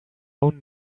own